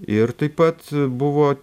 ir taip pat buvo